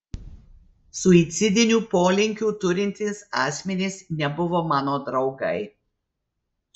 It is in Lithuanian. suicidinių polinkių turintys asmenys nebuvo mano draugai